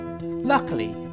Luckily